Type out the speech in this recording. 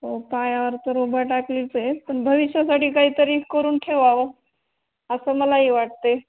हो पायावर तर र उभं टाकलीच पण भविष्यासाठी काहीतरी करून ठेवावं असं मलाही वाटते